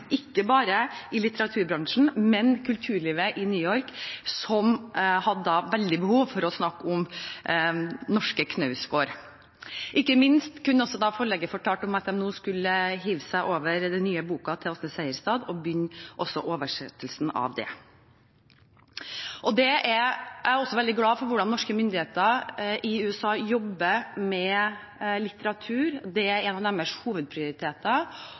ikke bare i litteraturbransjen, men i kulturlivet i New York – som hadde et veldig behov for å snakke om norske Knausgård. Ikke minst kunne forlaget også fortelle at de nå skulle hive seg over den nye boka til Åsne Seierstad og begynne oversettelsen av den. Jeg er også veldig glad for hvordan norske myndigheter i USA jobber med litteratur, det er en av deres hovedprioriteter,